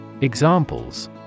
Examples